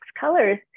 colors